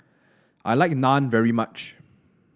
I like Naan very much